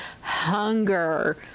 hunger